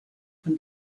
von